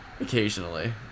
occasionally